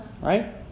Right